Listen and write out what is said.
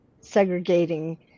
segregating